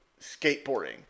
skateboarding